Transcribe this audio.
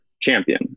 champion